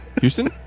Houston